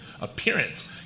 appearance